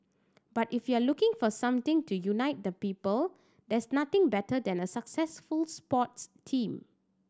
but if you're looking for something to unite the people there's nothing better than a successful sports team